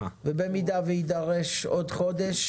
אם יידרש עוד חודש,